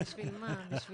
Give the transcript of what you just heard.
בשביל מה?